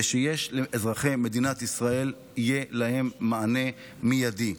ושיש לאזרחי מדינת ישראל מענה מיידי.